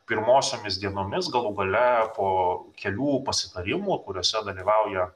pirmosiomis dienomis galų gale po kelių pasitarimų kuriuose dalyvauja